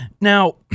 Now